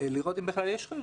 לראות אם יש בכלל חריגות.